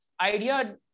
idea